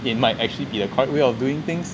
it might actually be the correct way of doing things